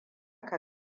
ka